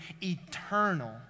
eternal